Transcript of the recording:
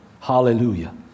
hallelujah